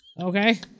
okay